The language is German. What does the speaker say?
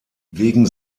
wegen